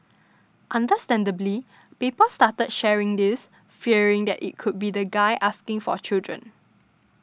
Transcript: understandably people started sharing this fearing that it could be that guy asking for a children